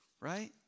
right